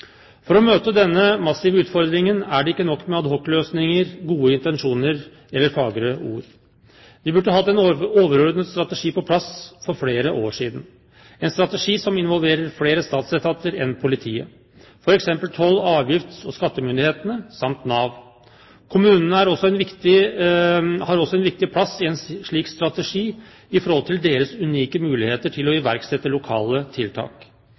For å møte denne massive utfordringen er det ikke nok med adhocløsninger, gode intensjoner eller fagre ord. Vi burde hatt en overordnet strategi på plass for flere år siden, en strategi som involverer flere statsetater enn politiet, f.eks. toll-, avgifts- og skattemyndighetene samt Nav. Kommunene har også en viktig plass i en slik strategi i forhold til deres unike muligheter til å iverksette lokale tiltak.